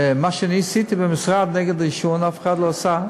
מה שאני עשיתי במשרד נגד עישון אף אחד לא עשה,